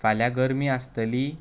फाल्यां गरमी आसतली